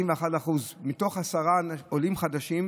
41%. מתוך עשרה עולים חדשים,